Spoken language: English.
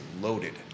loaded